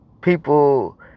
people